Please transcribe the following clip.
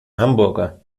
hamburger